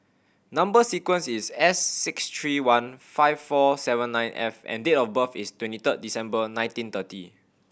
number sequence is S six three one five four seven nine F and date of birth is twenty third December nineteen thirty